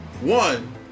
One